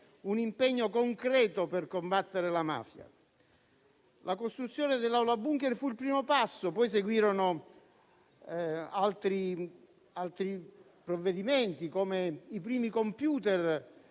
un impegno concreto per combattere la mafia. La costruzione dell'aula *bunker* fu il primo passo; poi seguirono altri provvedimenti, come i primi *computer*,